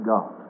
God